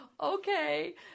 okay